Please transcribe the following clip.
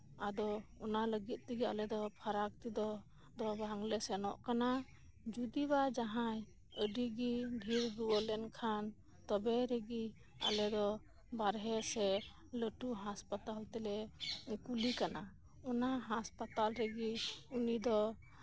ᱟᱫᱚ ᱚᱱᱟ ᱞᱟᱹᱜᱤᱫ ᱛᱮᱜᱮ ᱟᱞᱮ ᱫᱚ ᱯᱷᱟᱨᱟᱠ ᱨᱮᱫᱚ ᱵᱟᱝᱞᱮ ᱥᱮᱱᱚᱜ ᱠᱟᱱᱟ ᱡᱩᱫᱤ ᱵᱟ ᱡᱟᱦᱟᱸᱭ ᱟᱹᱰᱤᱜᱮ ᱫᱷᱮᱨ ᱨᱩᱣᱟᱹ ᱞᱮᱱᱠᱷᱟᱱ ᱛᱚᱵᱮ ᱨᱮᱜᱮ ᱟᱞᱮᱫᱚ ᱵᱟᱦᱨᱮ ᱥᱮᱫ ᱞᱟᱹᱴᱩ ᱦᱟᱥᱯᱟᱛᱟᱞ ᱛᱮᱞᱮ ᱠᱳᱞᱮ ᱠᱟᱱᱟ ᱚᱱᱟ ᱦᱟᱥᱯᱟᱛᱟᱞ ᱨᱮᱜᱮ ᱩᱱᱤ ᱫᱚ